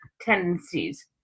tendencies